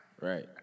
Right